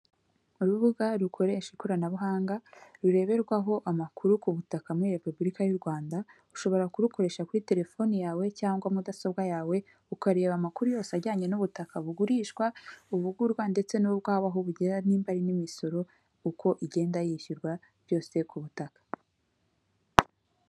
Urubuga rukoresha ikoranabuhanga, rureberwaho amakuru ku butaka muri repubulika y'Urwanda, ushobora kurukoresha kuri terefone yawe cyangwa mudasobwa yawe, ukareba amakuru yose ajyanye n'ubutaka bugurishwa, ubugurwa ndetse n'ubwawe aho bugera, nimba ari n'imisoro, uko igenda yishyurwa byose ku butaka.